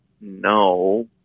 no